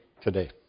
today